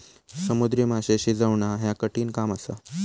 समुद्री माशे शिजवणा ह्या कठिण काम असा